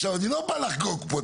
עכשיו אני לא בא לחגוג פה,